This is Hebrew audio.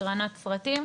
הקרנת סרטים.